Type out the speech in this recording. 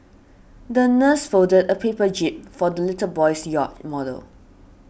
the nurse folded a paper jib for the little boy's yacht model